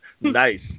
Nice